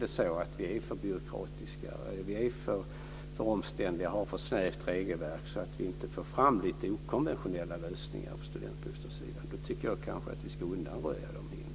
Om vi är för byråkratiska, om vi är för omständliga, och om vi har ett för snävt regelverk så att vi inte får fram lite okonventionella lösningar på studentbostadssidan, då tycker jag att vi ska undanröja dessa hinder.